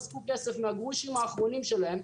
אספו כסף מהגרושים האחרונים שלהם,